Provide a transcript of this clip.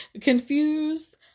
Confused